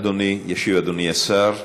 ישיב אדוני השר.